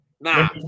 Nah